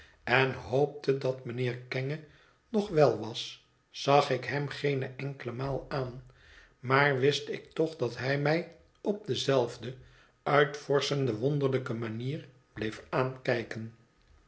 en hoopte dat mijnheer kenge nog wel was zag ik hem geene enkele maal aan maar wist ik toch dat hij mij op dezelfde uitvorschende wonderlijke manier bleef aankijken